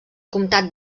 comtat